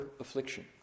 affliction